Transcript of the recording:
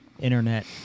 internet